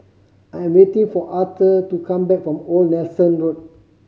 I am waiting for Auther to come back from Old Nelson Road